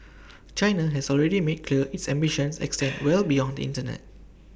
China has already made clear its ambitions extend well beyond the Internet